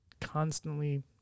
Constantly